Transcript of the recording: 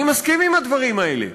אני מסכים עם הדברים האלה.